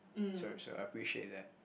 so so I appreciate that